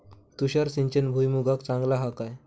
तुषार सिंचन भुईमुगाक चांगला हा काय?